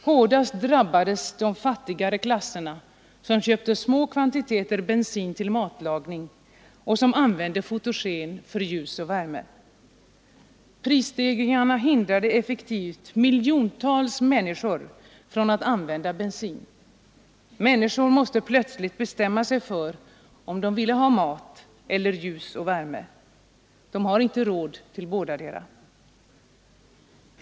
Hårdast drabbades de fattigare klasserna, som köpte små kvantiteter bensin till matlagning och som använde fotogen för ljus och värme. Prisstegringarna hindrade effektivt miljontals människor från att använda bensin; människor måste plötsligt bestämma sig för om de ville ha mat eller ljus och värme. De har inte råd till bådadera.